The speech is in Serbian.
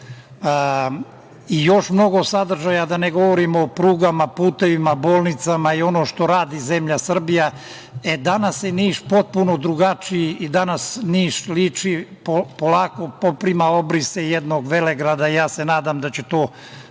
i mnogo sadržaja. Da ne govorimo o prugama, putevima, bolnicama i ono što radi zemlja Srbija. Danas je Niš potpuno drugačiji i danas Niš liči, polako poprima obrise jednog velegrada. Ja se nadam da će to